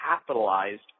capitalized